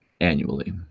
annually